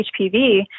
HPV